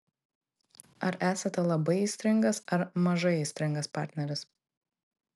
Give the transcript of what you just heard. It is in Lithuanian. ar esate labai aistringas ar mažai aistringas partneris